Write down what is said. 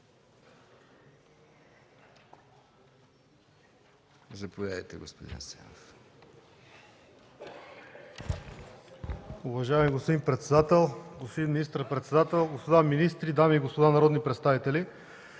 Заповядайте, господин Асенов